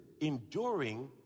enduring